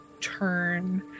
turn